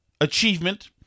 achievement